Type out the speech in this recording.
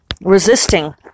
resisting